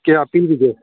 ꯀꯌꯥ ꯄꯤꯔꯤꯒꯦ